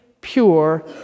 pure